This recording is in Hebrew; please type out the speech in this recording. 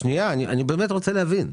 שנייה, אני באמת רוצה להבין.